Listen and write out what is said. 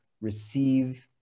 receive